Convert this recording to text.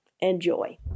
Enjoy